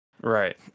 Right